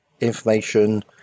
information